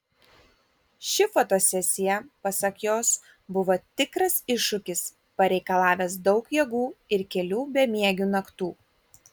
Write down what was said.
ši fotosesija pasak jos buvo tikras iššūkis pareikalavęs daug jėgų ir kelių bemiegių naktų